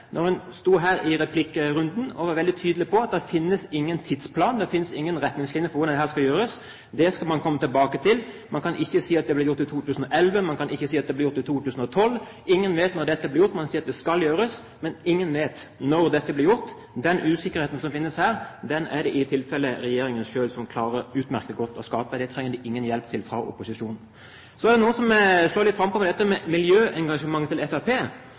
sto her i replikkrunden og var veldig tydelig på at det finnes ingen tidsplan, det finnes ingen retningslinjer for hvordan dette skal gjøres. Det skal man komme tilbake til. Man kan ikke si at det blir gjort i 2011, man kan ikke si at det blir gjort i 2012 – ingen vet når dette blir gjort. Man sier at det skal gjøres, men ingen vet når det blir gjort. Den usikkerheten som finnes her, er det i tilfelle regjeringen selv som utmerket godt klarer å skape. Det trenger de ingen hjelp til fra opposisjonen. Så er det noen som slår litt frampå om dette med miljøengasjementet til